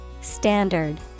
Standard